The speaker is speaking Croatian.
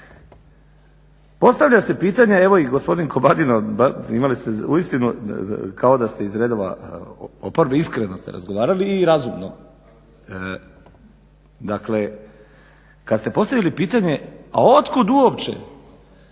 postavlja se pitanje evi i gospodin Komadina, imali ste uistinu kao da ste iz redova oporbe, iskreno ste razgovarali i razumno, dakle kada ste postavili pitanje a od kuda uopće